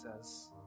says